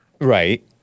Right